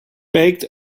baked